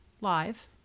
live